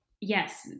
Yes